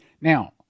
Now